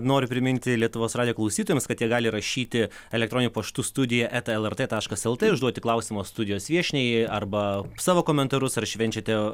noriu priminti lietuvos radijo klausytojams kad jie gali rašyti elektroniniu paštu studija eta lrt taškas lt užduoti klausimą studijos viešniai arba savo komentarus ar švenčiate